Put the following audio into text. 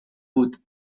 بود